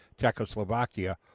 Czechoslovakia